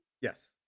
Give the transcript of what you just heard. Yes